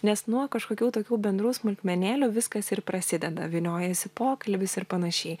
nes nuo kažkokių tokių bendrų smulkmenėlių viskas ir prasideda vyniojasi pokalbis ir panašiai